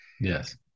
Yes